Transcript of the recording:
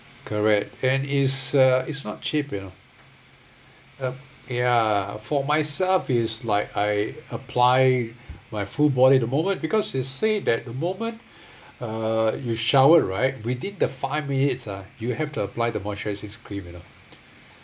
correct and it's uh it's not cheap you know ya for myself is like I apply my full body the moment because they say the moment uh you shower right within the five minutes ah you have to apply the moisturising cream you know